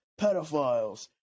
pedophiles